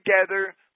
together